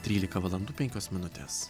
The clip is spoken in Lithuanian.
trylika valandų penkios minutės